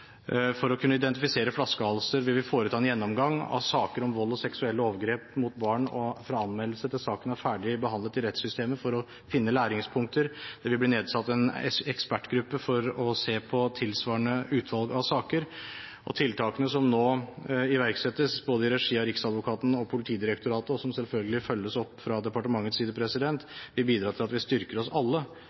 For å kunne identifisere flaskehalser vil vi foreta en gjennomgang av saker om vold og seksuelle overgrep mot barn, fra anmeldelse til saken er ferdig behandlet i rettssystemet, for å finne læringspunkter. Det vil bli nedsatt en ekspertgruppe for å se på tilsvarende utvalg av saker. Tiltakene som nå iverksettes, både i regi av Riksadvokaten og Politidirektoratet, og som selvfølgelig følges opp fra departementets side, vil bidra til at vi styrker oss i alle